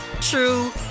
true